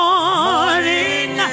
Morning